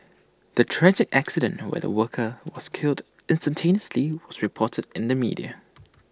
the tragic accident where the worker was killed instantaneously was reported in the media